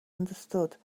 understood